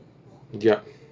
yup